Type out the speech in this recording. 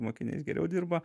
mokiniais geriau dirba